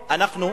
לא.